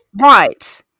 Right